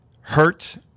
hurt